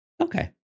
Okay